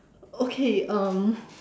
okay um